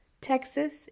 texas